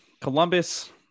Columbus